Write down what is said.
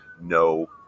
no